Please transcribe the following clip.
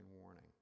warning